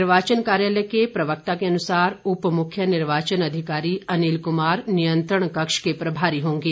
निर्वाचन कार्यालय के प्रवक्ता के अनुसार उपमुख्य निर्वाचन अधिकारी अनिल कुमार नियंत्रण कक्ष के प्रभारी होंगे